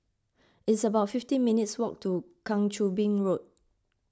it's about fifty minutes' walk to Kang Choo Bin Road